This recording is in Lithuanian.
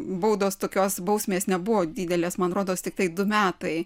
baudos tokios bausmės nebuvo didelės man rodos tiktai du metai